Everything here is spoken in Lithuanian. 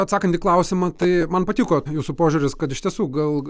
atsakant į klausimą tai man patiko jūsų požiūris kad iš tiesų gal